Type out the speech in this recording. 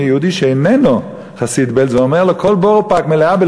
מיהודי שאיננו חסיד בעלז,